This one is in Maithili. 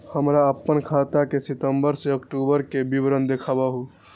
हमरा अपन खाता के सितम्बर से अक्टूबर के विवरण देखबु?